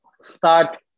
start